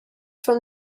from